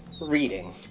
Reading